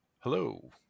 Hello